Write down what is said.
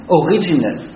original